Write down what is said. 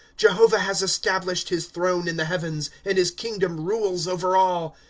jehovah has established his throne in the heavens, and his kingdom rules over all,